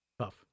Tough